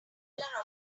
bachelor